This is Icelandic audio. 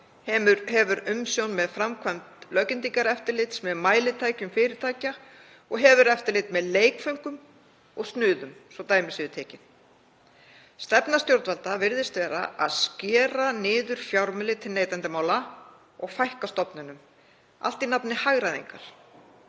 hefur umsjón með framkvæmd löggildingareftirlits með mælitækjum fyrirtækja og hefur eftirlit með leikföngum og snuðum, svo dæmi séu tekin. Stefna stjórnvalda virðist vera að skera niður fjármuni til neytendamála og fækka stofnunum, allt í nafni hagræðingar.